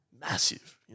massive